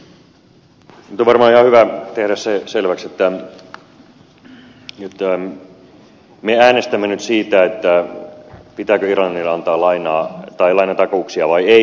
nyt on varmaan ihan hyvä tehdä selväksi se että me äänestämme nyt siitä pitääkö irlannille antaa lainaa tai lainatakauksia vai ei